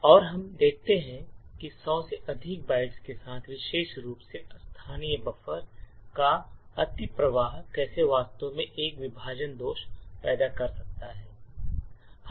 और हम देखते हैं कि 100 से अधिक बाइट्स के साथ विशेष रूप से स्थानीय बफर का अतिप्रवाह कैसे वास्तव में एक विभाजन दोष पैदा कर सकता है